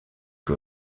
que